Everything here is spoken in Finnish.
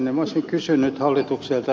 minä olisin kysynyt hallitukselta